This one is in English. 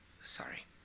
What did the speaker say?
Sorry